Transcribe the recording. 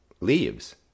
leaves